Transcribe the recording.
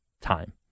time